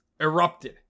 erupted